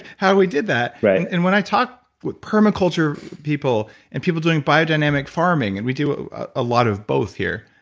how we did that? right and when i talk with permaculture people and people doing biodynamic farming, and we do a lot of both here,